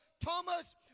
Thomas